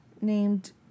named